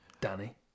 Danny